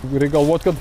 reik galvot kad